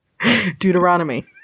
Deuteronomy